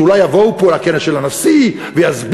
שאולי יבואו פה לכנס של הנשיא ויסבירו,